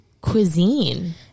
cuisine